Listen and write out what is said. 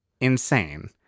insane